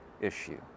issue